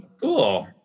cool